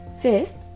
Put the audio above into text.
Fifth